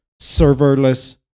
serverless